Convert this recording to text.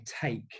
take